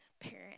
parent